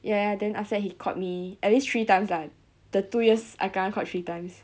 ya ya then after that he called me at least three times lah the two years I kena caught three times